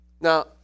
Now